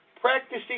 practicing